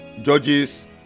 judges